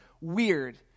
Weird